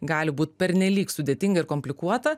gali būt pernelyg sudėtinga ir komplikuota